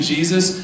Jesus